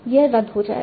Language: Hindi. यह रद्द हो जाएगा